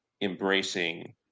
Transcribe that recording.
embracing